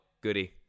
goody